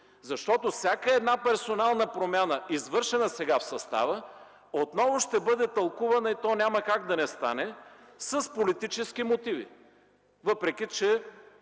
Защото всяка персонална промяна, извършена сега в състава, отново ще бъде тълкувана (и то няма как да не стане) с политически мотиви, въпреки че